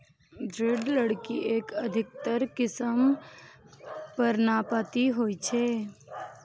दृढ़ लकड़ी के अधिकतर किस्म पर्णपाती होइ छै